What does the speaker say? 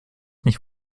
nicht